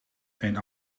een